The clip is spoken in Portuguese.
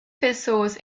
pessoas